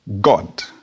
God